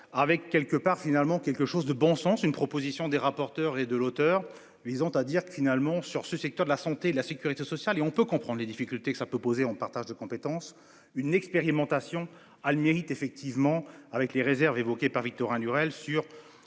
Avec quelque part finalement quelque chose de bon sens une proposition des rapporteurs et de l'auteur visant à dire que finalement sur ce secteur de la santé, la sécurité sociale et on peut comprendre les difficultés que ça peut poser, on partage de compétences, une expérimentation a le mérite effectivement avec les réserves évoquées par Victorin Lurel sur